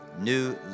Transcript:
new